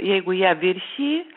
jeigu ją viršiji